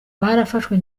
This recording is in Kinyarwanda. barafashwe